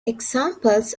examples